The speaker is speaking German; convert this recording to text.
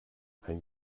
ein